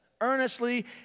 earnestly